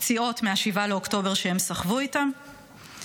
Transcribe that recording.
פציעות מ-7 באוקטובר שהם סחבו איתם,